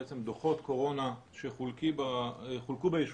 בעצם דוחות קורונה שחולקו ביישובים.